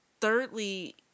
Thirdly